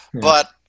But-